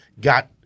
got